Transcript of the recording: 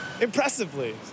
impressively